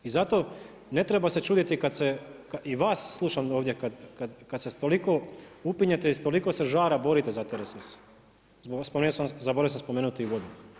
I zato ne treba se čuditi kada se, i vas slušam ovdje kada se toliko upinjete i s toliko se žara borite za te resurse, zaboravio sam spomenuti i vodu.